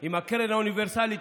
עם הקרן האוניברסלית,